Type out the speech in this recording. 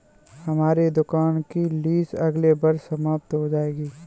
हमारी दुकान की लीस अगले वर्ष समाप्त हो जाएगी